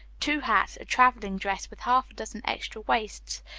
two hats, a travelling dress with half a dozen extra waists,